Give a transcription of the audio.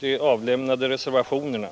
de avgivna reservationerna!